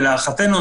להערכתנו,